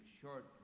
short